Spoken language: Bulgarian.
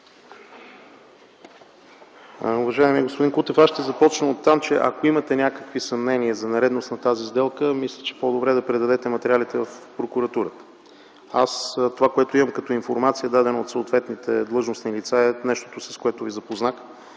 Уважаеми господин Кутев, аз ще започна оттам - ако имате някакви съмнения за нередност на тази сделка, мисля, че е по-добре да предадете материалите в Прокуратурата. Това, което имам като информация, дадено от съответните длъжностни лица, е нещото, с което Ви запознах.